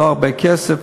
לא הרבה כסף,